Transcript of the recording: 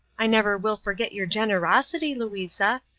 i never will forget your generosity, louisa.